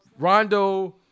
Rondo